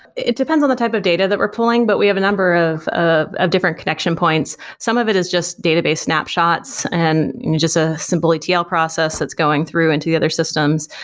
it depends on the type of data that we're pulling, but we have a number of ah of different connection points. some of it is just database snapshots and just a simple etl process that's going through into the other systems.